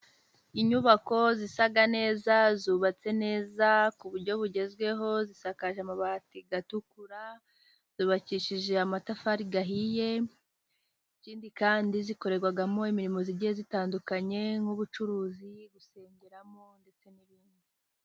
Inyubako zisa neza, zubatse neza ku buryo bugezweho, zisakaje amabati atukura, zubakishije amatafari ahiye, ikindi kandi zikorerwamo imirimo igiye itandukanye, nk'ubucuruzi, gusengeramo ndetse n'ibindi.